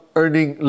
earning